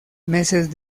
meses